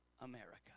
America